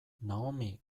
naomi